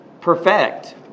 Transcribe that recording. perfect